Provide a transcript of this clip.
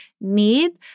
need